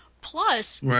Plus